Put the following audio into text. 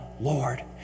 Lord